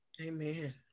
Amen